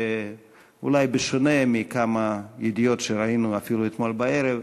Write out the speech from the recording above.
שאולי בשונה מכמה ידיעות שראינו אפילו אתמול בערב,